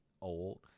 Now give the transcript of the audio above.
old